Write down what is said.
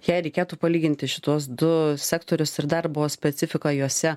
jei reikėtų palyginti šituos du sektorius ir darbo specifiką juose